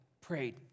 prayed